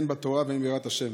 הן בתורה והן ביראת השם